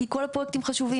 כי כל הפרויקטים חשובים.